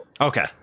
Okay